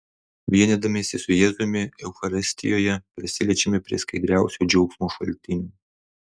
vienydamiesi su jėzumi eucharistijoje prisiliečiame prie skaidriausio džiaugsmo šaltinio